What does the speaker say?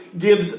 gives